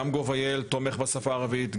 גם gov.il תומך בשפה הערבית,